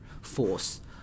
force